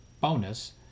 bonus